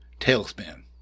tailspin